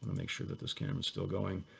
make sure that this camera is still going.